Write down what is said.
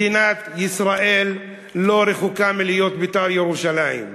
מדינת ישראל לא רחוקה מלהיות "בית"ר ירושלים".